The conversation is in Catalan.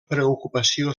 preocupació